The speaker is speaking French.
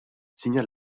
signa